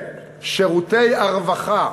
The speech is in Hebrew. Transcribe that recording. שירותי הרווחה,